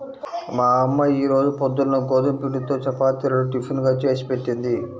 మా అమ్మ ఈ రోజు పొద్దున్న గోధుమ పిండితో చపాతీలను టిఫిన్ గా చేసిపెట్టింది